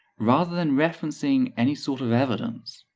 rather than referencing any sort of evidence.